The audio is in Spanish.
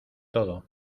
todo